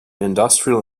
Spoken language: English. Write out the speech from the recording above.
industrial